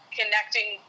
connecting